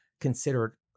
considered-